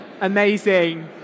Amazing